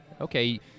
Okay